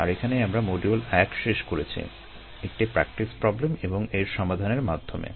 আর এখানেই আমরা মডিউল এক শেষ করেছি একটি প্র্যাকটিস প্রবলেম এবং এর সমাধানের মাধ্যমে